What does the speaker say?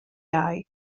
iau